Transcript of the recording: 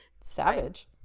Savage